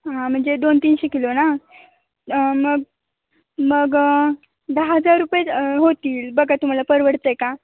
हां म्हणजे दोन तीनशे किलो ना मग मग दहा हजार रुपये होतील बघा तुम्हाला परवडतं आहे का